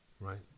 Right